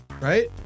Right